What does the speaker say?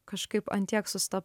kažkaip ant tiek susta